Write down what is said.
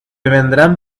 vendrán